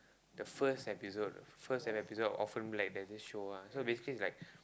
the first episode the first episode of orphan-black like there's this show ah so basically it's like